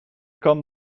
kan